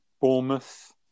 Bournemouth